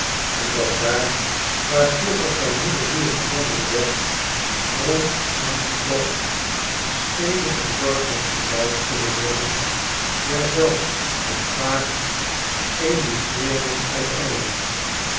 omdat daar waar vroeger geen moederziel gevonden werd grond aangekocht steden en dorpen gebouwd kunnen worden ja zelfs de kwakers emigreerden uit e ngeland